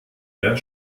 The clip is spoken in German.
der